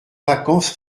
vacances